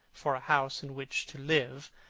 for a house in which to live,